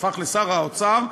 הפך לשר האוצר,